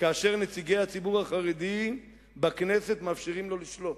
כאשר נציגי הציבור החרדי בכנסת מאפשרים לו לשלוט.